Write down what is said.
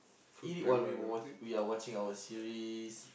eat it while we were watch we are watching our series